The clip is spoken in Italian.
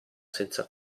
senza